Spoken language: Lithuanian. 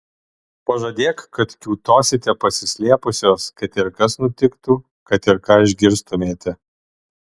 pažadėk kad kiūtosite pasislėpusios kad ir kas nutiktų kad ir ką išgirstumėte